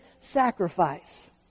sacrifice